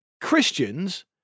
Christians